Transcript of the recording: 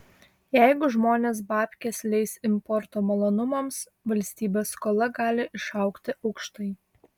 jeigu žmonės babkes leis importo malonumams valstybės skola gali išaugti aukštai